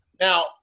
Now